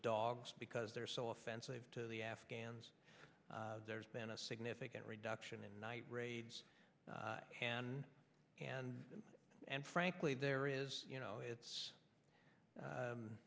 dogs because they're so offensive to the afghans there's been a significant reduction in night raids can and and frankly there is you know it's